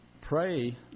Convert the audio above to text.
pray